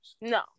No